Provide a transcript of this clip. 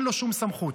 אין לו שום סמכות.